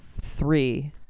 Three